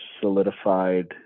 solidified